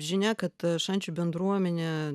žinia kad šančių bendruomenė